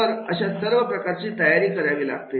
तर अशा सर्व प्रकारचे तयारी करावी लागते